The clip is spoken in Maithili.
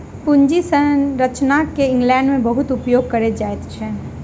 पूंजी संरचना के इंग्लैंड में बहुत उपयोग कएल जाइत अछि